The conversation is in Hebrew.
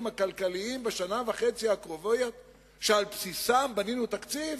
הכלכליים בשנה וחצי הקרובות שעל בסיסם בנינו תקציב?